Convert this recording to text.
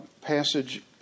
passage